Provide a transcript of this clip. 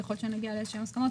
ככל שנגיע להסכמות,